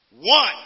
One